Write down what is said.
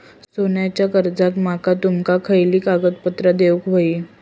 सोन्याच्या कर्जाक माका तुमका खयली कागदपत्रा देऊक व्हयी?